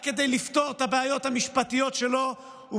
רק כדי לפתור את הבעיות המשפטיות שלו הוא